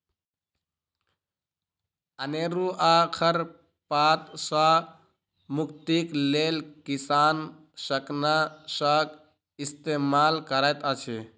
अनेरुआ खर पात सॅ मुक्तिक लेल किसान शाकनाशक इस्तेमाल करैत अछि